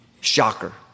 Shocker